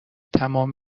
تمام